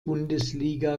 bundesliga